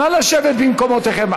נא לשבת במקומותיכם.